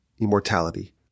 immortality